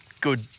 good